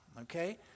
Okay